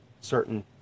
certain